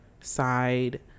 side